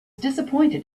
disappointed